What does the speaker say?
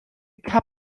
cab